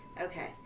Okay